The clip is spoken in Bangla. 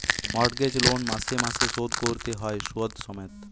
মর্টগেজ লোন মাসে মাসে শোধ কোরতে হয় শুধ সমেত